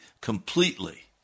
completely